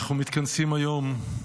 אנחנו מתכנסים היום,